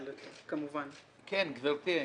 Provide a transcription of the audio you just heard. כן, גבירתי.